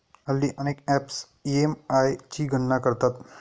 हल्ली अनेक apps EMI ची गणना करतात